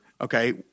okay